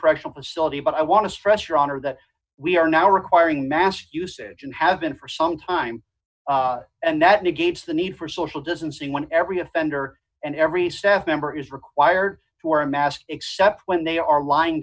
correctional facility but i want to stress your honor that we are now requiring mask usage and have been for some time and that negates the need for social distancing when every offender and every staff member is required to wear a mask except when they are lying